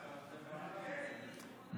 התורה וקבוצת סיעת הציונות הדתית לסעיף 2 לא נתקבלה.